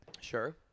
Sure